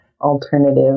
alternative